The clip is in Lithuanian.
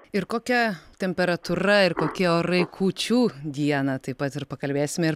ir kokia temperatūra ir kokie orai kūčių dieną taip pat ir pakalbėsime ir